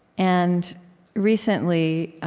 and recently